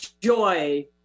joy